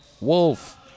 Wolf